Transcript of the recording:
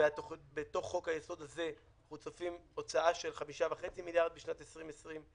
בתוך חוק היסוד הזה אנחנו צופים הוצאה של 5.5 מיליארד בשנת 2020,